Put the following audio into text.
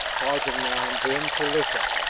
pausing now and then to listen.